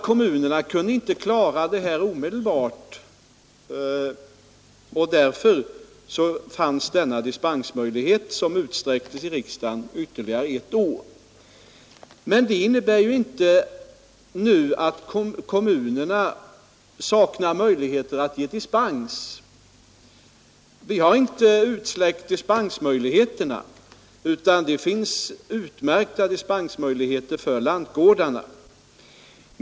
Kommunerna kunde givetvis inte klara detta omedelbart, och därför gavs en övergångstid, som av riksdagen utsträcktes ytterligare ett år. Men det innebär ju inte att kommunerna därefter saknar möjligheter att få dispens. Vi har inte utsläckt dispensmöjligheterna, utan det finns utmärkta dispensmöjligheter t.ex. för lantgårdarna.